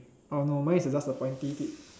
oh no mine is just a pointy tip